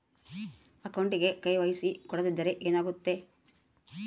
ಅಕೌಂಟಗೆ ಕೆ.ವೈ.ಸಿ ಕೊಡದಿದ್ದರೆ ಏನಾಗುತ್ತೆ?